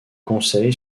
conseil